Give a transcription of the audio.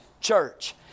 church